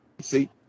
See